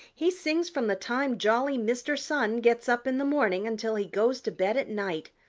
he sings from the time jolly mr. sun gets up in the morning until he goes to bed at night.